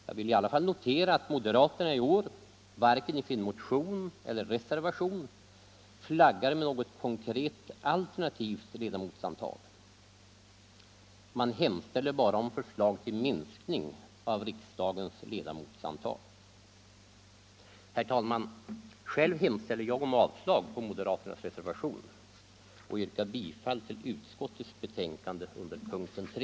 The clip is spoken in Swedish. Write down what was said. Jag vill i alla fall notera att moderaterna i år varken i sin motion eller i sin reservation flaggar med något konkret alternativt ledamotsantal. Man hemställer bara om förslag till minskning av riksdagens ledamotsantal. Herr talman! Själv hemställer jag om avslag på moderaternas reservation och yrkar bifall till utskottets betänkande under p. 3.